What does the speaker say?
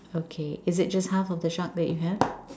okay is it just half of the shark that you have